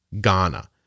Ghana